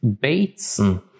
Bateson